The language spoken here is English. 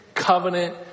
covenant